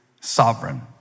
sovereign